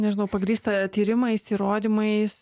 nežinau pagrįsta tyrimais įrodymais